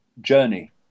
journey